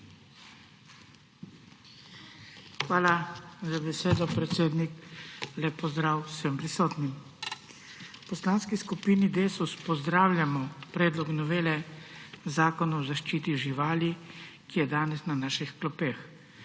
Hvala za besedo, predsednik. Lep pozdrav vsem prisotnim! V Poslanski skupini Desus pozdravljamo predlog novele Zakona o zaščiti živali, ki je danes na naših klopeh.